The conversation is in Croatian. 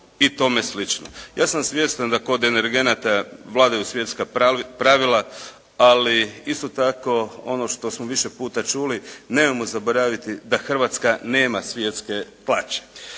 Ja sam svjestan da kod energenata vladaju svjetska pravila, ali isto tako ono što smo više puta čuli, nemojmo zaboraviti da Hrvatska nema svjetske plaće.